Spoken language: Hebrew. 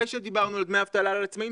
אחרי שדיברנו על דמי אבטלה לעצמאים,